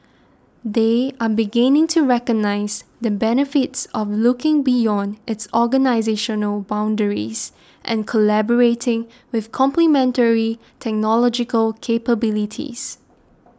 they are beginning to recognise the benefits of looking beyond its organisational boundaries and collaborating with complementary technological capabilities